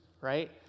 right